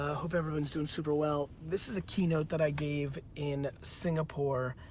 hope everyone's doing super well. this is a keynote that i gave in singapore